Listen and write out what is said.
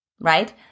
right